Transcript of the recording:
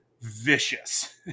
vicious